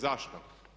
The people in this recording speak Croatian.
Zašto?